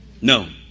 No